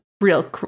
real